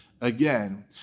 again